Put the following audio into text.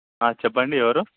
చెప్పండి ఎవరు